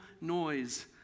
noise